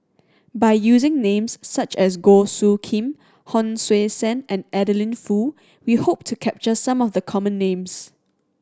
by using names such as Goh Soo Khim Hon Sui Sen and Adeline Foo we hope to capture some of the common names